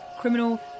criminal